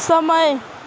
समय